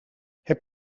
heb